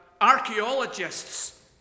archaeologists